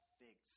fix